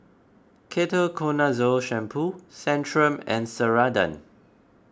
Ketoconazole Shampoo Centrum and Ceradan